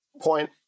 point